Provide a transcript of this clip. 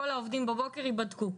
כל העובדים בבוקר ייבדקו.